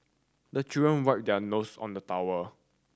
the children wipe their nose on the towel